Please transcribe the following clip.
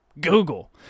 Google